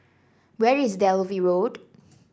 where is Dalvey Road